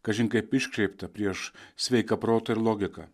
kažin kaip iškreipta prieš sveiką protą ir logiką